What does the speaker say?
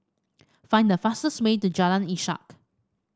find the fastest way to Jalan Ishak